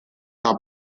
top